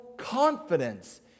confidence